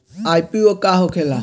IPO का होखेला?